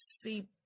see